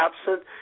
absent